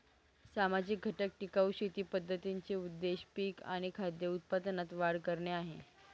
सामाजिक घटक टिकाऊ शेती पद्धतींचा उद्देश पिक आणि खाद्य उत्पादनात वाढ करणे आहे